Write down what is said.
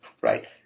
right